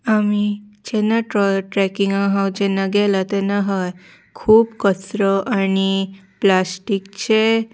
आमी जेन्ना ट्रेकिंगा हांव जेन्ना गेलां तेन्ना हय खूब कचरो आनी प्लास्टीकचे